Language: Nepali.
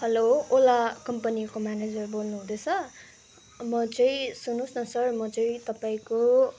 हलो ओला कम्पनीको म्यानेजर बोल्नुहुँदैछ म चाहिँ सुन्नुहोस् न सर म चाहिँ तपाईँको